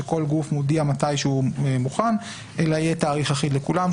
שכל גוף מודיע מתי הוא מוכן אלא יהיה תאריך אחיד לכולם,